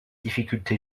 difficulté